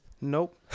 Nope